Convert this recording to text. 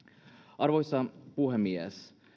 arvoisa puhemies